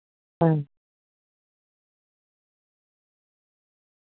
आं